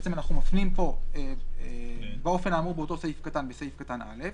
אנחנו מפנים פה "באופן האמור באותו סעיף קטן" לסעיף קטן (א),